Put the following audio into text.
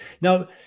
now